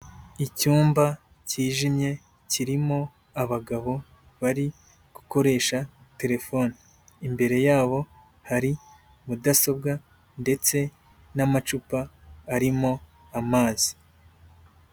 Icyumba cyijimye kirimo abagabo bari gukoresha terefone, imbere yabo hari mudasobwa ndetse n'amacupa arimo amazi.